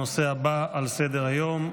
הנושא הבא על סדר-היום,